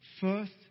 First